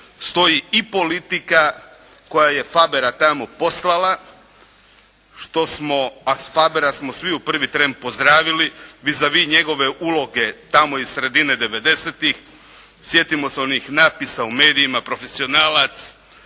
stoji i politika koja je Fabera tamo poslala što smo, a Fabera smo svi u prvi tren pozdravili «vis avis» njegove uloge tamo iz sredine devedesetih. Sjetimo se onih napisa u medijima: «Profesionalac»,